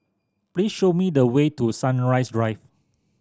please show me the way to Sunrise Drive